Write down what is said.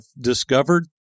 discovered